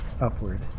upward